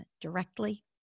directly